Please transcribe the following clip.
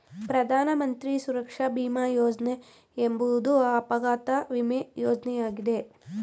ಪ್ರಧಾನ ಮಂತ್ರಿ ಸುರಕ್ಷಾ ಭೀಮ ಯೋಜ್ನ ಎಂಬುವುದು ಅಪಘಾತ ವಿಮೆ ಯೋಜ್ನಯಾಗಿದೆ